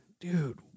Dude